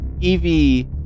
Evie